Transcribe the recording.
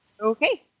Okay